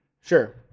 Sure